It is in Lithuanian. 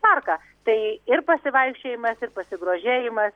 parką tai ir pasivaikščiojimas ir pasigrožėjimas